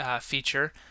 feature